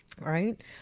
right